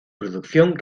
producción